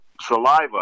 saliva